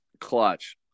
Clutch